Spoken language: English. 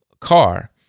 car